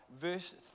verse